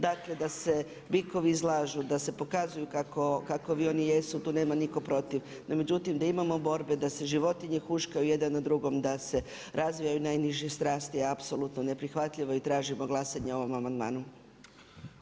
Dakle da se bikovi izlažu, da se pokazuju kakvi oni jesu, tu nema nitko protiv, no međutim da imamo borbe, da se životinje huškaju jednu na drugu, da se razvijaju najniže strasti je apsolutno neprihvatljivo i tražimo glasanje o ovom amandmanu.